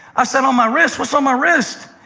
i said, on my wrist? what's on my wrist?